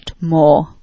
more